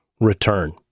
return